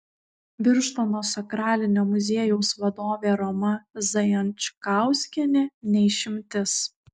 birštono sakralinio muziejaus vadovė roma zajančkauskienė ne išimtis